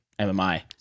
MMI